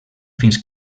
fins